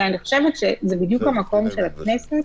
אני חושבת שזה בדיוק המקום של הכנסת,